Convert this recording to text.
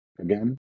again